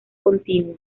continua